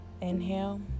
inhale